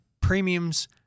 premiums